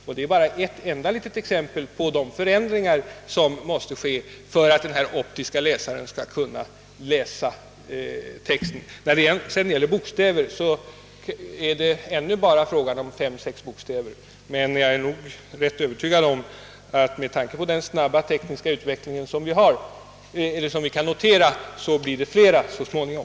Detta är bara ett enda exempel på de förändringar som måste genomföras för att denna optiska läsare skall kunna läsa texten. Ännu kan maskinen bara läsa fem— sex bokstäver, men med tanke på den snabba tekniska utvecklingen är jag övertygad om att det blir flera så småningom.